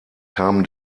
kam